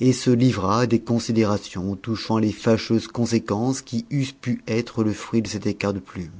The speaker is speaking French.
et se livra à des considérations touchant les fâcheuses conséquences qui eussent pu être le fruit de cet écart de plume